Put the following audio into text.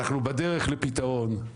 אנחנו בדרך לפתרון?